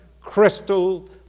crystal